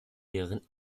deren